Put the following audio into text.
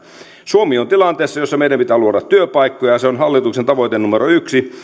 suomi on tilanteessa jossa meidän pitää luoda työpaikkoja se on hallituksen tavoite numero yksi